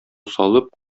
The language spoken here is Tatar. салып